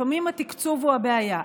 לפעמים התקצוב הוא הבעיה,